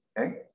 okay